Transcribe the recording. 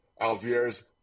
alvier's